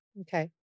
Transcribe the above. Okay